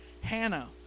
Hannah